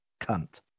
Cunt